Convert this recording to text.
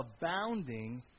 abounding